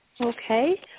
Okay